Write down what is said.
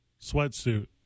sweatsuit